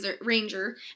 ranger